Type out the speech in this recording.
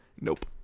Nope